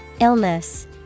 Illness